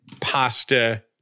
pasta